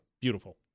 Beautiful